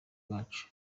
bacu